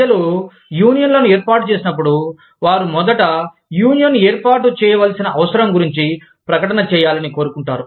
ప్రజలు యూనియన్లను ఏర్పాటు చేసినప్పుడు వారు మొదట యూనియన్ ఏర్పాటు చేయవలసిన అవసరం గురించి ప్రకటన చేయాలని కోరుకుంటారు